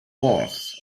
wars